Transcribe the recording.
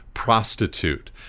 prostitute